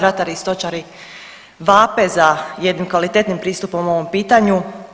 Ratari i stočari vape za jednim kvalitetnim pristupom o ovom pitanju.